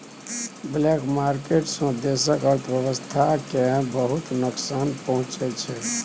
black market सँ देशक अर्थव्यवस्था केँ बहुत नोकसान पहुँचै छै